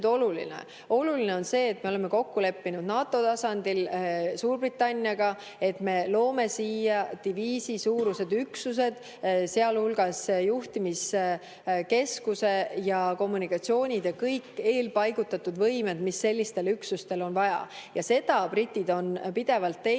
Oluline on see, et me oleme kokku leppinud NATO tasandil Suurbritanniaga, et me loome siia diviisisuurused üksused, sealhulgas juhtimiskeskuse ja kommunikatsioonid ja kõik eelpaigutatud võimed, mis sellistel üksustel vaja on. Seda britid on pidevalt teinud